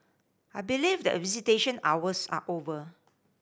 I believe that visitation hours are over